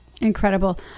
Incredible